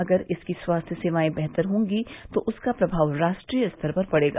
अगर इसकी स्वास्थ्य सेवायें बेहतर होगी तो उसका प्रभाव राष्ट्रीय स्तर पर पड़ेगा